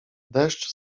deszcz